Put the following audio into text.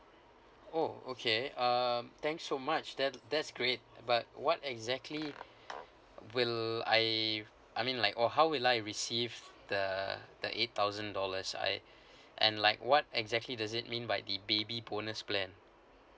oh okay um thank so much that that's great but what exactly will I I mean like or how will I receive the the eight thousand dollars I and like what exactly does it mean by the baby bonus plan